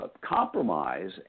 compromise